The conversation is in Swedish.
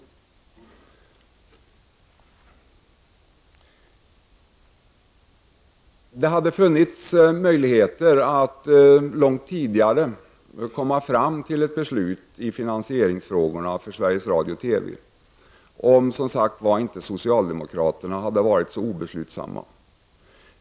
Om inte socialdemokraterna hade varit så obeslutsamma hade det funnits möjligheter att långt tidigare komma fram till ett beslut i finansieringsfrågorna när det gäller Sveriges Radio/TV.